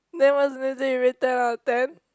then what is the next thing you rate ten out of ten